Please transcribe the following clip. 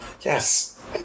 Yes